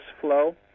flow